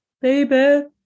baby